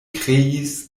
kreis